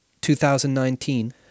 2019